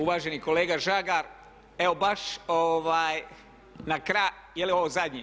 Uvaženi kolega Žagar evo baš na kraju, je li ovo zadnje?